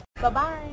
Bye-bye